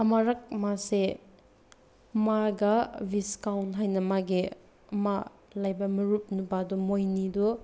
ꯑꯃꯔꯛ ꯃꯥꯁꯦ ꯃꯥꯒ ꯕꯤꯁꯀꯥꯎꯟ ꯍꯥꯏꯅ ꯃꯥꯒꯤ ꯑꯃ ꯂꯩꯕ ꯃꯔꯨꯞ ꯅꯨꯄꯥꯗꯣ ꯃꯣꯏꯅꯤꯗꯣ